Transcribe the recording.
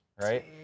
right